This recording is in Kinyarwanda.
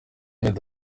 meddy